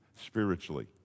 spiritually